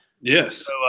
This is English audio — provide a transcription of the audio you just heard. Yes